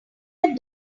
had